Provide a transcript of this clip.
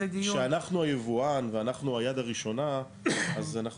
כשאנחנו היבואן ואנחנו היד הראשונה אז אנחנו